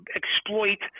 exploit